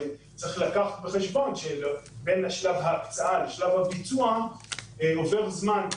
צריך לקחת בחשבון שבין שלב ההקצאה לשלב הביצוע עובר זמן.